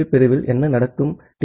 B பிரிவில் என்ன நடக்கும் டி